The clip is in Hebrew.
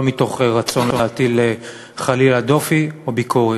לא מתוך רצון להטיל חלילה דופי או ביקורת.